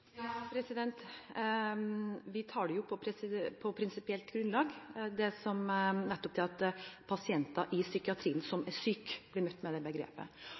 Vi tar det jo på prinsipielt grunnlag nettopp det at pasienter i psykiatrien som er syke, blir møtt med det begrepet.